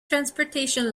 transportation